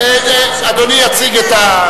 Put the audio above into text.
אדוני יציג את הדברים.